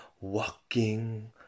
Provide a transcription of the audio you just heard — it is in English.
walking